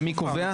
ומי קובע?